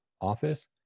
office